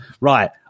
Right